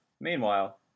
Meanwhile